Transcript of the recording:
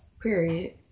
Period